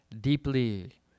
deeply